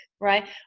Right